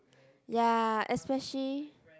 ya especially